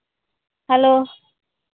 hello